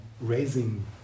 raising